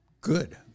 good